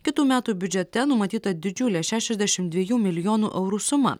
kitų metų biudžete numatyta didžiulė šešiasdešim dviejų milijonų eurų suma